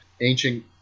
ancient